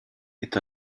est